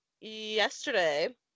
yesterday